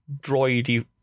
droidy